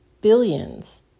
billions